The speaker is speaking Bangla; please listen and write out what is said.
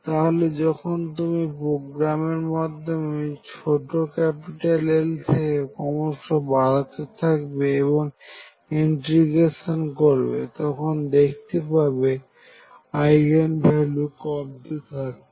তাহলে যখন তুমি প্রোগ্রামের মধ্যে ছোট L থেকে ক্রমশ বাড়াতে থাকবে এবং ইন্টিগ্রেশন করবে তখন দেখতে পাবে আইগেন ভ্যালু কমতে থাকছে